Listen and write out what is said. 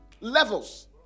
Levels